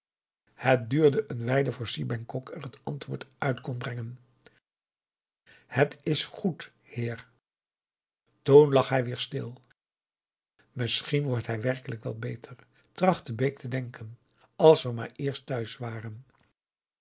het duurde een wijle voor si bengkok er het antwoord uit kon brengen het is goed heer toen lag hij weer stil misschien wordt hij werkelijk wel beter trachtte bake te denken als we maar eerst thuis waren